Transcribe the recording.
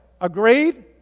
Agreed